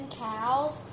cows